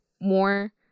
more